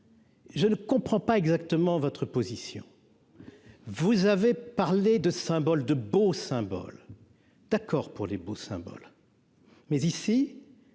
Je ne comprends pas exactement votre position, vous avez parlé de symbole de beau symbole d'accord pour les beaux symbole mais ici